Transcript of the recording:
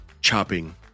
Chopping